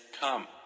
come